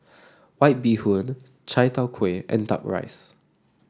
White Bee Hoon Chai Tow Kway and duck rice